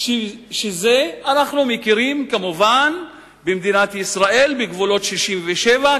אנחנו מכירים כמובן במדינת ישראל בגבולות 67',